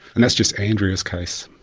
and that's just andrea's case.